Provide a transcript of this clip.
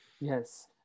yes